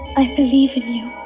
i believe you.